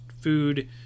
food